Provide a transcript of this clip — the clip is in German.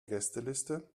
gästeliste